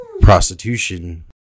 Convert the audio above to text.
prostitution